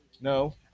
no